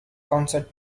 concert